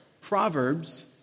Proverbs